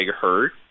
hurt